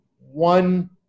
one